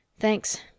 Thanks